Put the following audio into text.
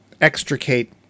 extricate